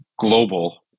global